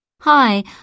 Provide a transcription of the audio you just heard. Hi